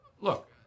Look